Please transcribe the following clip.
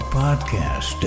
podcast